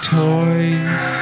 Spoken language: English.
toys